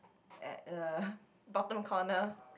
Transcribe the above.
at uh bottom corner